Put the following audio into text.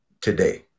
today